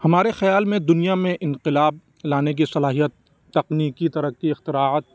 ہمارے خیال میں دنیا میں انقلاب لانے کی صلاحیت تکنیکی ترقی اختراعات